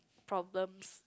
problems